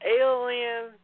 alien